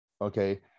Okay